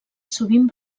sovint